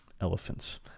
elephants